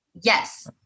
Yes